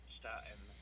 starting